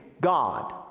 God